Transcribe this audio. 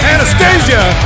Anastasia